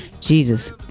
Jesus